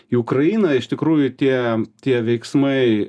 į ukrainą iš tikrųjų tie tie veiksmai